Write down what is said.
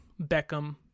Beckham